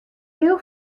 heel